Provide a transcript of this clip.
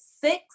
six